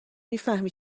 میفهمی